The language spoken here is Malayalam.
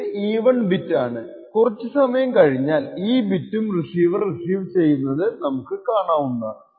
ഇതൊരു ഈവൻ ബിറ്റ് ആണ് കുറച്ച് സമയം കഴിഞ്ഞാൽ ഈ ബിറ്റും റിസീവർ റിസീവ് ചെയ്യുന്നത് നമുക്ക് കാണാവുന്നതാണ്